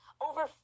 over